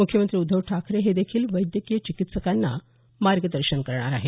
मुख्यमंत्री उद्धव ठाकरे हे देखील वैद्यकीय चिकित्सकांना मार्गदर्शन करणार आहेत